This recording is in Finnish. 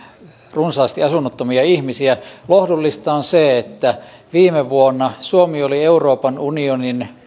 runsaasti asunnottomia ihmisiä lohdullista on se että viime vuonna suomi oli euroopan unionin